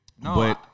No